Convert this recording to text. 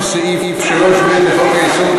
למה חוק-יסוד?